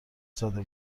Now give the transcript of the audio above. زده